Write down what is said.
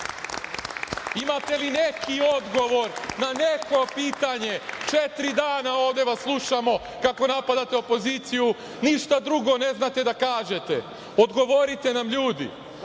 Imate li neki odgovor na neko pitanje? Četiri dana ovde vas slušamo kako napadate opoziciju, ništa drugo ne znate da kažete. Odgovorite nam ljudi.